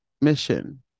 mission